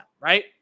right